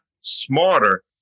smarter